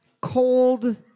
cold